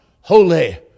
holy